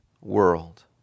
world